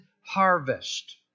harvest